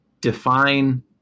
Define